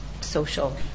social